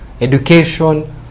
education